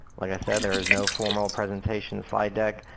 like i said, there is no formal presentation slide deck.